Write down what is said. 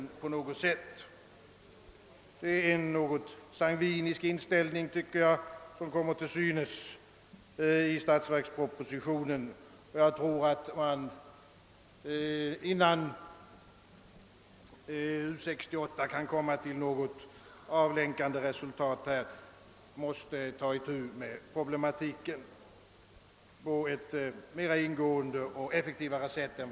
Enligt min mening är det en något sangvinisk inställning som kommer till synes i statsverkspropositionen, och jag tror att man, innan U 68 kan nå fram till något avlänkande resultat, måste ta itu med problematiken mera ingående och mera effektivt än för närvarande.